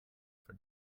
for